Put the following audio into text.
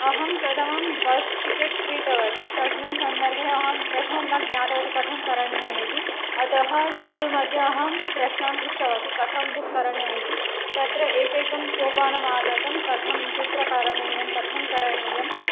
अहं प्रथमं bus ticket क्रीतवती तस्मिन् सन्दर्भे अहं प्रथमं न ज्ञातवती कथं करणीयम् इति अतः गूगल् मद्ये अहं प्रश्नान् पृष्टवती कथं बुक् करणीयम् इति तत्र एकैकं सोपानमागतं कथं कुत्र करणीयं कथं करणीयं